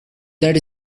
that